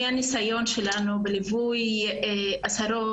מהניסיון שלנו בליווי עשרות,